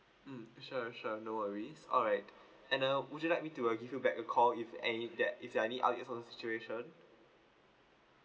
mm sure sure no worries alright and uh would you like me to uh give you back a call if any that if you have any other situation